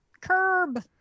Curb